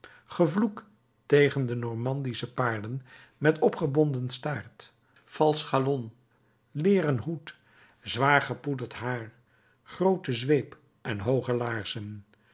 gevloek tegen de normandische paarden met opgebonden staart valsch galon leeren hoed zwaar gepoederd haar groote zweep en hooge laarzen